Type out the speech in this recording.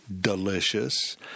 delicious